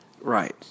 Right